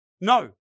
No